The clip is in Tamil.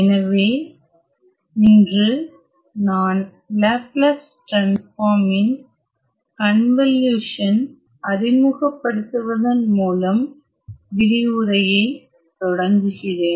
எனவே இன்று நான் லேப்லஸ் டிரான்ஸ்பார்மின் கன்வலியுசன் அறிமுகப்படுத்துவதன் மூலம் விரிவுரையை தொடங்குகிறேன்